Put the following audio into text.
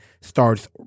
starts